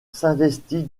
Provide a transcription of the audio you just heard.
s’investit